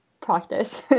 practice